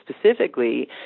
specifically